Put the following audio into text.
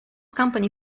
company